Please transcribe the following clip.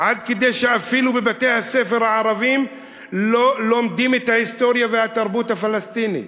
עד שאפילו בבתי-הספר הערביים לא לומדים את ההיסטוריה והתרבות הפלסטינית.